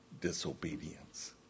disobedience